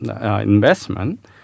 investment